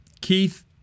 Keith